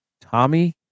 Tommy